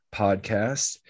podcast